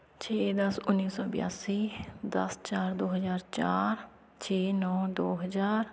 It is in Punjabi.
ਛੇ ਦਸ ਉੱਨੀ ਸੌ ਬਿਆਸੀ ਦਸ ਚਾਰ ਦੋ ਹਜ਼ਾਰ ਚਾਰ ਛੇ ਨੌ ਦੋ ਹਜ਼ਾਰ